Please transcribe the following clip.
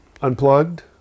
Unplugged